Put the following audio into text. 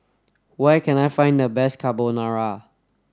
where can I find the best Carbonara